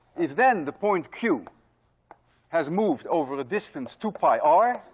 if then the point q has moved over a distance two pi r,